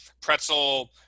pretzel